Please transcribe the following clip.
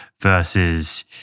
versus